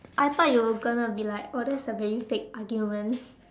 I thought you were gonna be like oh that is a very vague argument